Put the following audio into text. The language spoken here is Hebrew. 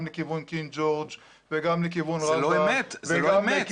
גם לכיוון קינג ג'ורג' וגם לכיוון רמב"ן וגם לכיוון --- זה לא אמת.